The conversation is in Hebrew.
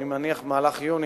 אני מניח במהלך יוני,